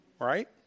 Right